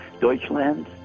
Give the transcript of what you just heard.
Deutschland